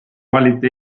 valiti